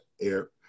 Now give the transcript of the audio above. air